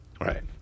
Right